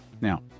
Now